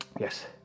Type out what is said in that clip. Yes